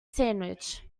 sandwich